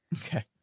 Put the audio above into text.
Okay